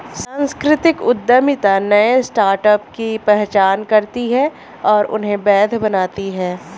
सांस्कृतिक उद्यमिता नए स्टार्टअप की पहचान करती है और उन्हें वैध बनाती है